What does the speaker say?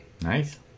Nice